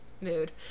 mood